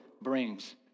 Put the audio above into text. brings